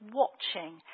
watching